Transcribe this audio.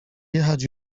jechać